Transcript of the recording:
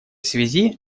связи